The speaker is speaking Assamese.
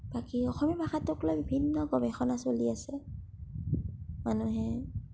বাকী অসমীয়া ভাষাটোক লৈ বিভিন্ন গৱেষণা চলি আছে মানুহে